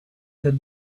had